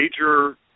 major